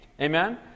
Amen